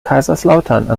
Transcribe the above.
kaiserslautern